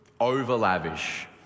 over-lavish